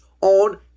on